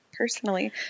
personally